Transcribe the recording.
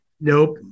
nope